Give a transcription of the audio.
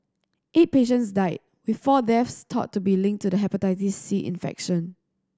eight patients died with four deaths thought to be linked to the Hepatitis C infection